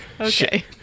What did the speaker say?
Okay